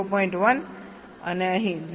1 અને અહીં 0